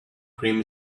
cream